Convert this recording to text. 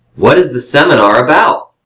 what is the seminar about?